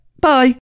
Bye